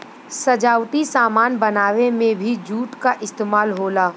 सजावटी सामान बनावे में भी जूट क इस्तेमाल होला